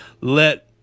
let